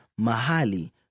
mahali